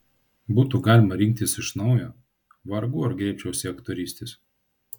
būtų galima rinktis iš naujo vargu ar griebčiausi aktorystės